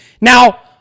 Now